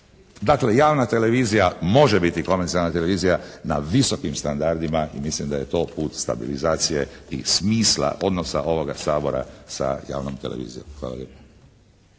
Dakle javna televizija može biti komercijalna televizija na visokim standardima i mislim da je to put stabilizacije i smisla odnosa ovoga Sabora sa javnom televizijom. Hvala